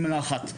שהיא מילה אחת.